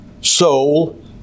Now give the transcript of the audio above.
soul